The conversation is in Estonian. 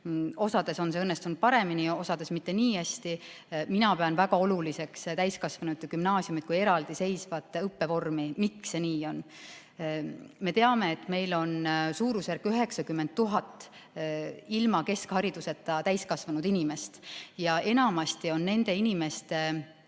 on see õnnestunud paremini, osas mitte nii hästi. Mina pean väga oluliseks täiskasvanute gümnaasiumi kui eraldiseisvat õppevormi. Miks see nii on? Me teame, et meil on suurusjärgus 90 000 ilma keskhariduseta täiskasvanud inimest ja enamasti on nendel inimestel